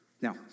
Now